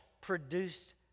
produced